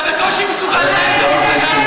אתה בקושי מסוגל לנהל את המפלגה